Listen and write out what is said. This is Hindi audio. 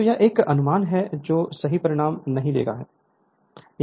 तो यह एक अनुमान है जो सही परिणाम नहीं देता है